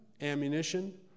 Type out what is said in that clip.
ammunition